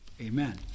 Amen